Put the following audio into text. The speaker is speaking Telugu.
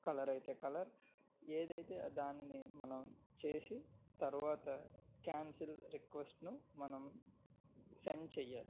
కలర్ అయితే కలర్ ఏదైతే దానిని మనం చేసి తర్వాత క్యాన్సిల్ రిక్వెస్ట్ను మనం సెండ్ చెయ్యాలి